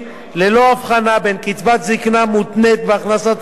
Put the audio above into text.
ללא הבחנה בין קצבת זיקנה שמותנית בהכנסת המבוטח